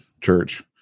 church